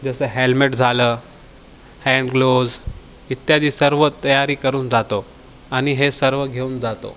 जसं हेॅल्मेट झालं हँडग्लोज इत्यादी सर्व तयारी करून जातो आणि हे सर्व घेऊन जातो